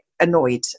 annoyed